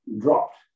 dropped